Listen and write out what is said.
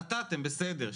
נתתם בסדר,